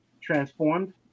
transformed